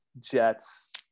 jets